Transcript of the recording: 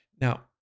Now